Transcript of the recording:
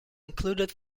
included